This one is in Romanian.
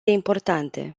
importante